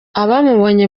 abamubonye